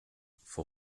for